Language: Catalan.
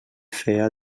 feia